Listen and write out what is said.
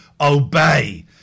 obey